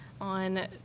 on